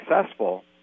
successful